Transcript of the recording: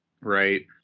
Right